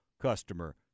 customer